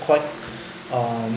quite um